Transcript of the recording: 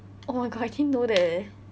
oh my god I didn't know that eh